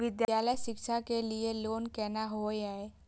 विद्यालय शिक्षा के लिय लोन केना होय ये?